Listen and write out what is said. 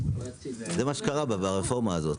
זה מה שקרה ברפורמה הזאת.